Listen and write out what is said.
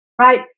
right